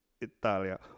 Italia